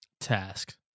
task